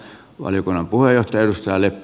herra puhemies